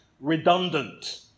redundant